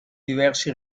diversi